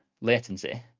latency